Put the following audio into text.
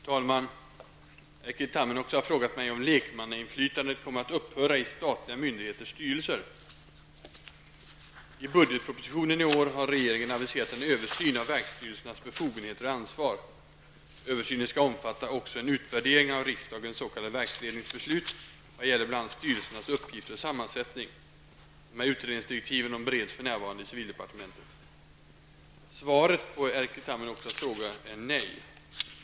Fru talman! Erkki Tammenoksa har frågat mig om lekmannainflytandet kommer att upphöra i statliga myndigheters styrelser. I budgetpropositionen 1991 har regeringen aviserat en översyn av verksstyrelsernas befogenheter och ansvar. Översynen skall omfatta också en utvärdering av riksdagens s.k. Utredningsdirektiven bereds för närvarande i civildepartementet. Svaret på frågan är nej.